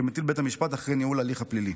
שמטיל בית המשפט אחרי ניהול ההליך הפלילי.